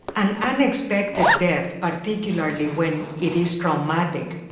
an unexpected death, particularly when it is traumatic,